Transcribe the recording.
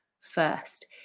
first